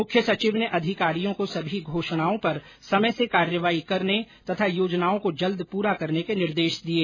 मुख्य सचिव ने अधिकारियों को सभी घोषणाओं पर समय से कार्यवाही करने तथा योजनाओं को जल्द पूरा करने के निर्देश दिये